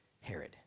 herod